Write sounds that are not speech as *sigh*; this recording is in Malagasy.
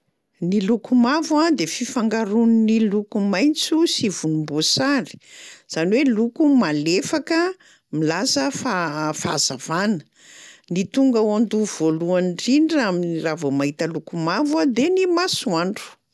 Ny loko mavo a de fifangaroan'ny loko maitso sy volomboasary, zany hoe loko malefaka milaza fa- *hesitation* fahazavana. Ny tonga ao an-doha voalohany ndrindra am- raha vao mahita loko mavo a de ny masoandro.